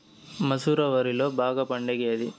మసూర వరిలో బాగా పండేకి ఏది?